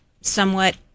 somewhat